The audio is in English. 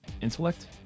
Intellect